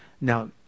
now